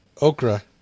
Okra